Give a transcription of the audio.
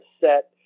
set